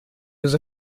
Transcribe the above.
was